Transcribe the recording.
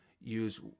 use